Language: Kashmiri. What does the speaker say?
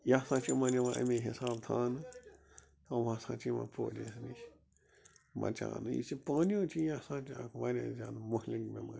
یہِ ہسا چھُ یِمن یِوان امی حِساب تھاونہٕ یِم ہسا چھِ یِوان پولِیووس نِش بچان یُس یہِ پولِیو چھُ یہِ ہسا چھُ اکھ وارِیاہ زیادٕ مُحلق بٮ۪مٲرۍ